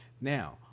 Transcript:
Now